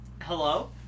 hello